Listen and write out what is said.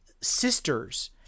sisters